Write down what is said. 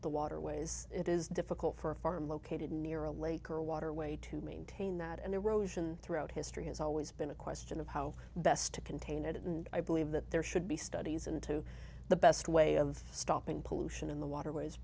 the waterways it is difficult for a farm located near a lake or a waterway to maintain that and erosion throughout history has always been a question of how best to contain it and i believe that there should be studies into the best way of stopping pollution in the waterwa